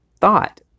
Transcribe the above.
thought